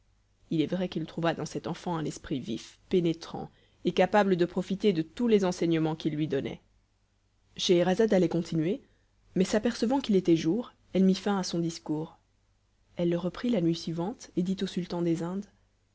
il est vrai qu'il trouva dans cet enfant un esprit vif pénétrant et capable de profiter de tous les enseignements qu'il lui donnait scheherazade allait continuer mais s'apercevant qu'il était jour elle mit fin à son discours elle le reprit la nuit suivante et dit au sultan des indes